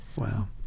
Wow